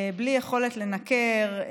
בלי יכולת לנקר,